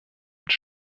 wird